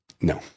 No